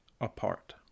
apart